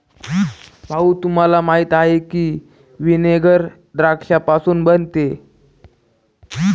भाऊ, तुम्हाला माहीत आहे की व्हिनेगर द्राक्षापासून बनते